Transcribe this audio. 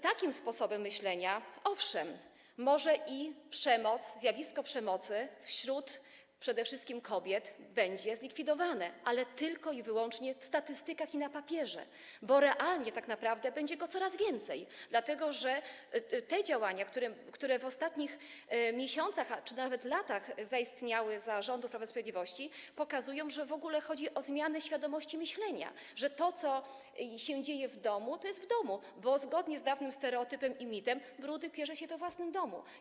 Takim sposobem myślenia, owszem, może i zjawisko przemocy wobec przede wszystkim kobiet będzie zlikwidowane, ale tylko i wyłącznie w statystykach i na papierze, bo realnie będzie go tak naprawdę coraz więcej, dlatego że te działania, które w ostatnich miesiącach czy nawet latach zaistniały za rządów Prawa i Sprawiedliwości, pokazują, że w ogóle chodzi o zmianę świadomości myślenia, że to, co dzieje się w domu, to jest w domu, bo zgodnie z dawnym stereotypem i mitem brudy pierze się we własnym domu.